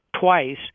twice